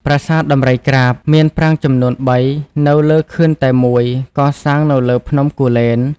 ប្រាសាទដំរីក្រាប មានប្រាង្គចំនួន ៣ នៅលើខឿនតែមួយ កសាងនៅលើភ្នំគូលែន។